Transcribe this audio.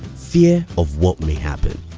fear of what may happen.